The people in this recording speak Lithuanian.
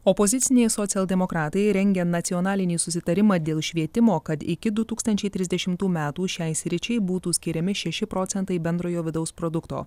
opoziciniai socialdemokratai rengia nacionalinį susitarimą dėl švietimo kad iki du tūkstančiai trisdešimtų metų šiai sričiai būtų skiriami šeši procentai bendrojo vidaus produkto